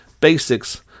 basics